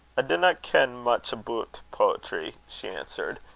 dinna ken much about poetry, she answered,